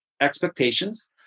expectations